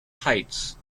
heights